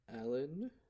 Alan